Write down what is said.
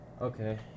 Okay